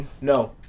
No